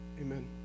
Amen